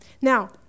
Now